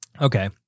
Okay